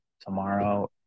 tomorrow